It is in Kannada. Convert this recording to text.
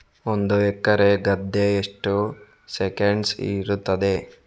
ಒಂದು ಎಕರೆ ಗದ್ದೆ ಎಷ್ಟು ಸೆಂಟ್ಸ್ ಇರುತ್ತದೆ?